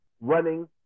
running